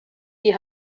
die